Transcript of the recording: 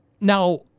Now